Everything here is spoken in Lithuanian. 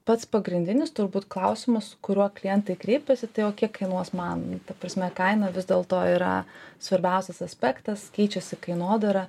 pats pagrindinis turbūt klausimas su kuriuo klientai kreipiasi tai o kiek kainuos man ta prasme kaina vis dėlto yra svarbiausias aspektas keičiasi kainodara